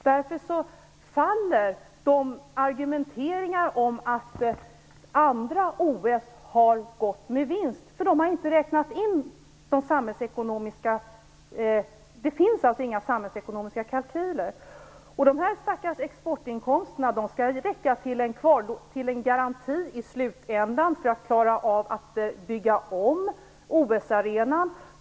Därför faller argumenteringar om att andra OS har gått med vinst. Det finns inga samhällsekonomiska kalkyler. Dessa stackars exportinkomster skall räcka till en garanti i slutändan för att klara av att bygga om OS arenan.